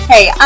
Hey